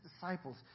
disciples